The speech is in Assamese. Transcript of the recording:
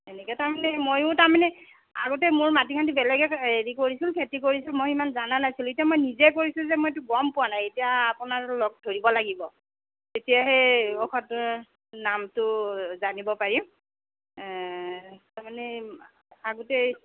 এনেকৈ তাৰমানে মইও তাৰমানে আগতে মোৰ মাটিখিনি বেলেগে হেৰি কৰিছিল খেতি কৰিছিল মই ইমান জনা নাছিলোঁ এতিয়া মই নিজে কৰিছোঁ যে মই এইটো গম পোৱা নাই এতিয়া আপোনাক লগ ধৰিব লাগিব তেতিয়াহে ঔষধৰ নামটো জানিব পাৰিম তাৰমানে আগতে